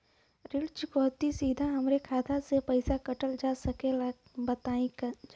ऋण चुकौती सीधा हमार खाता से पैसा कटल जा सकेला का बताई जा?